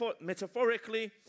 metaphorically